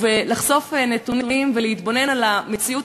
לחשוף נתונים ולהתבונן על המציאות